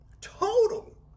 total